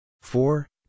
four